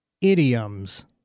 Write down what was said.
idioms